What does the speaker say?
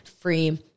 free